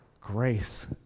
grace